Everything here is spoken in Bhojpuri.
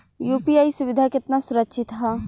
यू.पी.आई सुविधा केतना सुरक्षित ह?